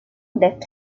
left